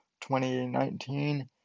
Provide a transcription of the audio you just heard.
2019